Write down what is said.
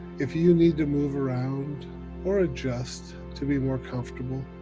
if you need to move around or adjust to be more comfortable,